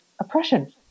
oppression